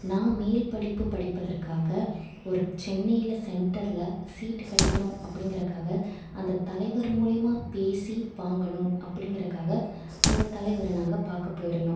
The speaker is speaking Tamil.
நான் மேல் படிப்பு படிப்பதற்காக ஒரு சென்னையில சென்டர்ல சீட்டு கிடைக்கணு அப்படிங்கறக்காக அந்த தலைவர் மூலயமா பேசி வாங்கணும் அப்படிங்கறதுக்காக அந்த தலைவரை நாங்கள் பார்க்க போயிருந்தோம்